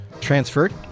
transferred